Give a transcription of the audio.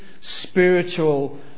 spiritual